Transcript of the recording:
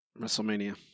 WrestleMania